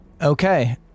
Okay